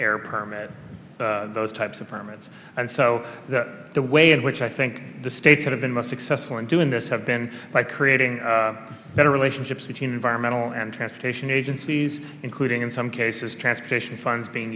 air permit those types of permits and so the way in which i think the states that have been most successful in doing this have been by creating better relationships between environmental and transportation agencies including in some cases transportation funds being